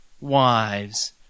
wives